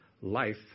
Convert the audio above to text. life